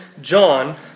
John